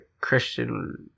Christian